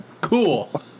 Cool